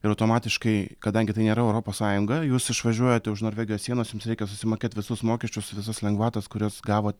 ir automatiškai kadangi tai nėra europos sąjunga jūs išvažiuojat už norvegijos sienos jums reikia susimokėt visus mokesčius visas lengvatas kurias gavo